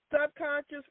Subconscious